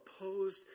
opposed